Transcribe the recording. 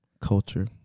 Culture